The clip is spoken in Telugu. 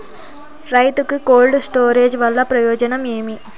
రైతుకు కోల్డ్ స్టోరేజ్ వల్ల ప్రయోజనం ఏమి?